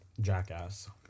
Jackass